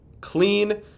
clean